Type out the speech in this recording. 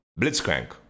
Blitzcrank